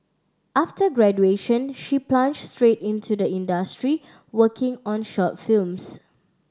after graduation she plunged straight into the industry working on short films